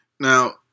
Now